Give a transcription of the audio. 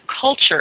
culture